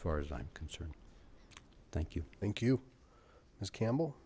far as i'm concerned thank you thank you as campbell